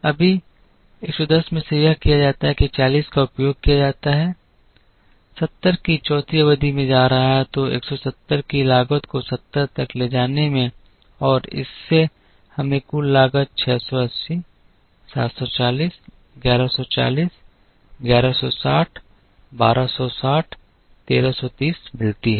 अभी 110 में से यह किया जाता है कि 40 का उपभोग किया जाता है 70 की चौथी अवधि में जा रहा है तो 170 की लागत को 70 तक ले जाने में और इससे हमें कुल लागत 680 740 1140 1160 1260 1330 मिलती है